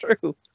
true